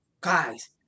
guys